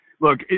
Look